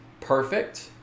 perfect